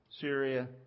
Syria